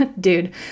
Dude